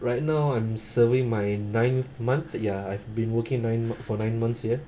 right now I'm serving my ninth month ya I've been working nine m~ for nine months here